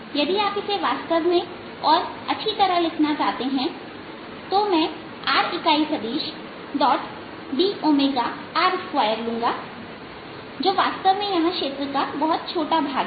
यदि आप इसे वास्तव में और अच्छी तरह लिखना चाहते हैं तो मैं r इकाई सदिशd r2लूंगा जो वास्तव में यहां क्षेत्र का बहुत छोटा भाग है